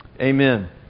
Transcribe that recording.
Amen